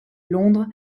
londres